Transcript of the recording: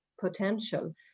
potential